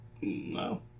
No